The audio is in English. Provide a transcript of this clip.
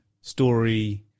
story